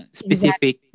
specific